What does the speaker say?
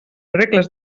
regles